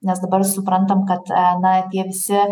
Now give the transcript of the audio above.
nes dabar suprantam kad na tie visi